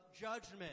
judgment